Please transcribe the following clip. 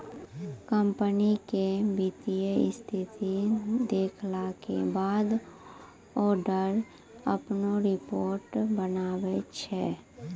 company के वित्तीय स्थिति देखला के बाद ऑडिटर अपनो रिपोर्ट बनाबै छै